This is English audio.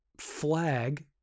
Flag